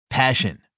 Passion